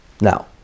Now